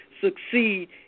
succeed